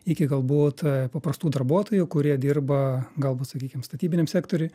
iki galbūt paprastų darbuotojų kurie dirba galbūt sakykim statybiniam sektoriuj